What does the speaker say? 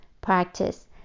practice